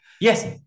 Yes